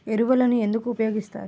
ఎరువులను ఎందుకు ఉపయోగిస్తారు?